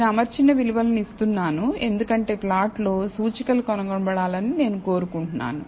నేను అమర్చిన విలువలను ఇస్తున్నాను ఎందుకంటే ప్లాట్లో సూచికలు కనుగొనబడాలని నేను కోరుకుంటున్నాను